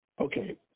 Okay